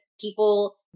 people